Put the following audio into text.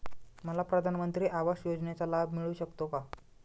मला प्रधानमंत्री आवास योजनेचा लाभ मिळू शकतो का?